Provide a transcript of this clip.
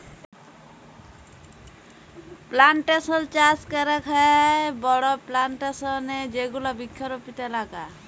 plantation চাস ক্যরেক হ্যয় বড় প্লানটেশল এ যেগুলা বৃক্ষরপিত এলাকা